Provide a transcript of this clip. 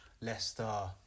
Leicester